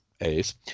A's